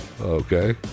Okay